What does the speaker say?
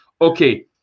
Okay